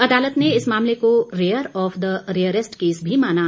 अदालत ने इस मामले को rare of the rarest case भी माना